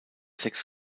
sechs